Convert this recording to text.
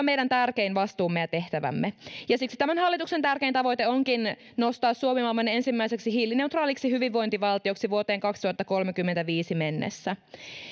meidän tärkein vastuumme ja tehtävämme siksi tämän hallituksen tärkein tavoite onkin nostaa suomi maailman ensimmäiseksi hiilineutraaliksi hyvinvointivaltioksi vuoteen kaksituhattakolmekymmentäviisi mennessä